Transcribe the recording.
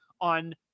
on